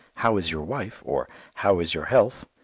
how is your wife? or, how is your health?